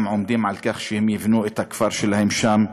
עומדים על כך שהם יבנו את הכפר שלהם שם,